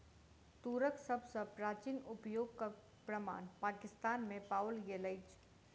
तूरक सभ सॅ प्राचीन उपयोगक प्रमाण पाकिस्तान में पाओल गेल अछि